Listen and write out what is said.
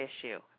issue